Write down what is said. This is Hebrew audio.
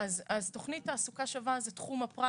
תכנית תעסוקה שווה זה תחום הפרט.